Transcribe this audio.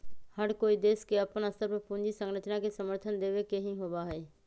हर कोई देश के अपन स्तर पर पूंजी संरचना के समर्थन देवे के ही होबा हई